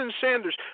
Sanders